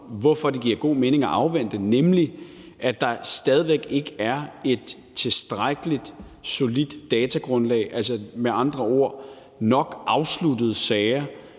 hvorfor det giver god mening at afvente, nemlig at der stadig væk ikke er et tilstrækkelig solidt datagrundlag, altså at der med andre ord ikke er nok afsluttede sager